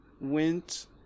went